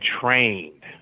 trained